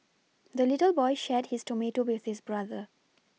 the little boy shared his tomato with his brother